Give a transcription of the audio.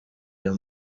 uyu